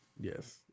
yes